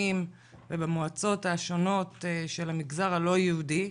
ובמועצות השונות של המגזר הלא יהודי,